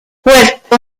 puerto